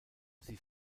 sie